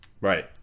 Right